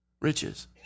riches